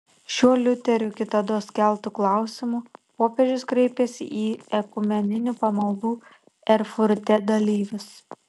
šiuo liuterio kitados keltu klausimu popiežius kreipėsi į ekumeninių pamaldų erfurte dalyvius